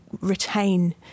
retain